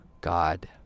God